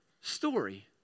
story